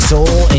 Soul